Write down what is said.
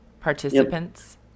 participants